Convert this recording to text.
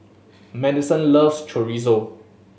Maddison loves Chorizo